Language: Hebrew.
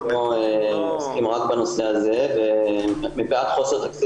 אנחנו פה עוסקים רק בנושא הזה ומפאת חוסר תקציב